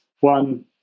one